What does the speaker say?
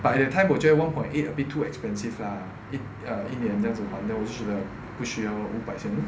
but at that time 我觉得 one point eight a bit too expensive lah 一一年这样子还掉我就觉得不需要五百千